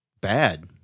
Bad